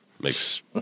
Makes